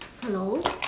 hello